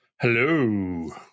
Hello